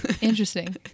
Interesting